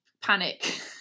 panic